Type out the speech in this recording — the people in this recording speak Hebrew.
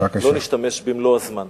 לא נשתמש במלוא הזמן.